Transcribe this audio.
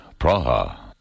Praha